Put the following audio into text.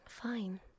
fine